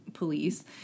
police